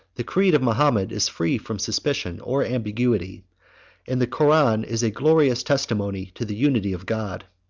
the creed of mahomet is free from suspicion or ambiguity and the koran is a glorious testimony to the unity of god.